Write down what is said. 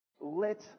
let